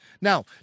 Now